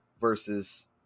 versus